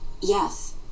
yes